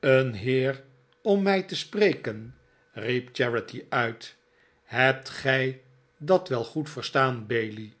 een heer om mij te spreken riep charity uit hebt gij dat wel goed verstaan bailey